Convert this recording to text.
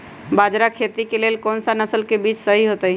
बाजरा खेती के लेल कोन सा नसल के बीज सही होतइ?